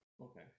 Okay